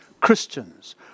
Christians